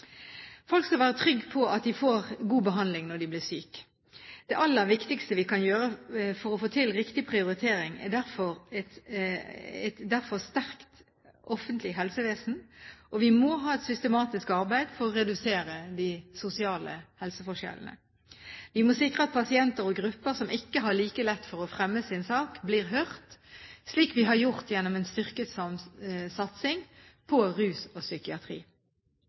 Folk skal være trygge på at de får god behandling når de blir syke. Det aller viktigste vi kan gjøre for å få til riktig prioritering, er derfor å sørge for et sterkt offentlig helsevesen, og vi må ha et systematisk arbeid for å redusere de sosiale helseforskjellene. Vi må sikre at pasienter og grupper som ikke har like lett for å fremme sin sak, blir hørt, slik vi har gjort det gjennom en styrket satsing på rus og psykiatri.